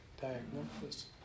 diagnosis